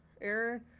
Aaron